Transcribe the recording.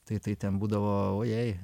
tai tai ten būdavo o jei